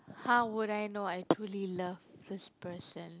how would I know I truly love this person